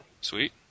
Sweet